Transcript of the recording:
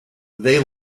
they